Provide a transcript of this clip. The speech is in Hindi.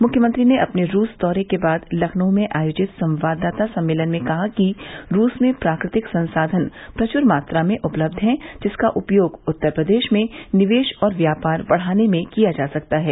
मुख्यमंत्री ने अपने रूस दौरे के बाद लखनऊ में आयोजित संवाददाता सम्मेलन में कहा कि रूस में प्राकृतिक संसाधन प्रचुर मात्रा में उपलब्ध है जिसका उपयोग उत्तर प्रदेश में निवेश और व्यापार बढ़ाने में किया जा सकता है